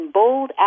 bold